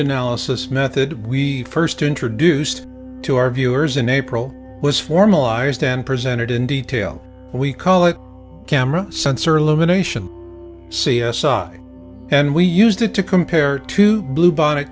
analysis method we first introduced to our viewers in april was formalized and presented in detail we call it camera sensor elimination c s i and we used it to compare to blue bonnet